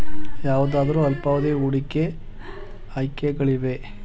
ಯಾವುದಾದರು ಅಲ್ಪಾವಧಿಯ ಹೂಡಿಕೆ ಆಯ್ಕೆಗಳಿವೆಯೇ?